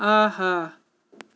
آہا